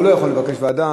הוא לא יכול לבקש ועדה